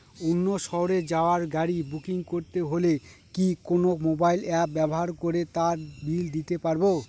অন্য শহরে যাওয়ার গাড়ী বুকিং করতে হলে কি কোনো মোবাইল অ্যাপ ব্যবহার করে তার বিল দিতে পারব?